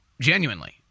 Genuinely